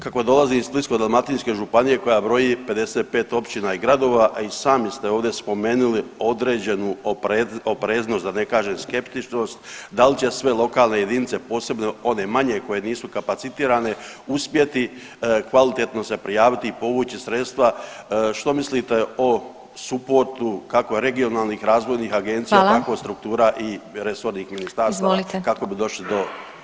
Kako dolazim iz Splitsko-dalmatinske županije koja broji 55 općina i gradova, a i sami ste ovdje spomenuli određenu opreznost da ne kažem skeptičnost da li će sve lokalne jedinice posebno one manje koje nisu kapacitirane uspjeti kvalitetno se prijaviti i povući sredstva, što mislite o suportu kako regionalnih razvojnih agencija tako [[Upadica: Hvala.]] struktura i resornih ministarstava kako [[Upadica: Izvolite.]] bi došli do